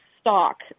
stock